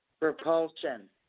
Repulsion